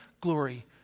glory